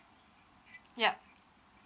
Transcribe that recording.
yup